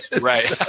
Right